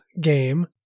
game